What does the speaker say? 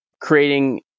creating